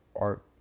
art